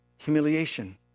Humiliation